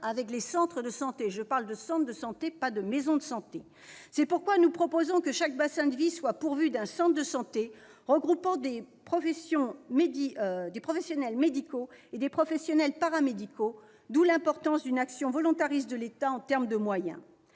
avec des centres de santé- je parle bien de « centres de santé », non de « maisons de santé ». C'est pourquoi nous proposons que chaque bassin de vie soit pourvu d'un centre de santé regroupant des professionnels médicaux et des professionnels paramédicaux, d'où l'importance d'une action volontariste de l'État en termes de moyens.